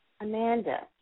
Amanda